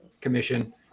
Commission